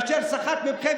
אשר סחט מכם,